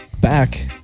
back